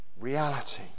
reality